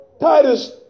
Titus